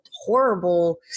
horrible